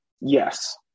Yes